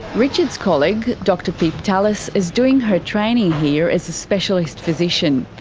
richard's colleague, dr pip tallis is doing her training here as a specialist physician.